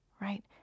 right